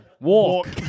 Walk